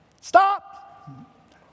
Stop